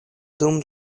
dum